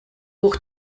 hoch